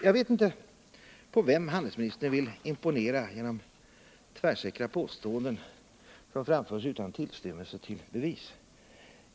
Jag vet inte på vem handelsministern vill imponera genom tvärsäkra påståenden som framförs utan tillstymmelse till bevis.